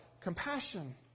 compassion